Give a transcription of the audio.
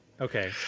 Okay